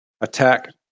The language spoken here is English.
attack